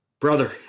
Brother